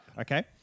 Okay